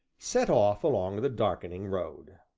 set off along the darkening road.